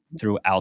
throughout